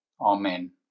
Amen